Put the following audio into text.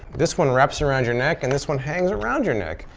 this one wraps around your neck, and this one hangs around your neck.